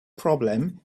problem